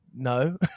No